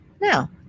now